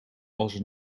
als